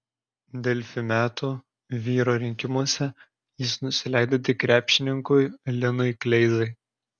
delfi metų vyro rinkimuose jis nusileido tik krepšininkui linui kleizai